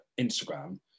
Instagram